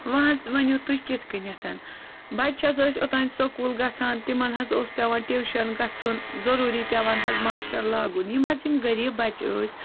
وۄنۍ حظ ؤنِو تُہۍ کِتھ کٔنٮ۪تھ بَچہِ حظ ٲسۍ اوٚتام سکوٗل گژھان تِمَن حظ اوس پٮ۪وان ٹیوٗشَن گَژھُن ضٔروٗری پٮ۪وان حظ ماشٹر لاگُن یِم حظ یِم غریٖب بَچہِ ٲسۍ